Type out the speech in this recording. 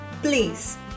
Please